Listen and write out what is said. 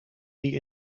die